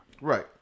Right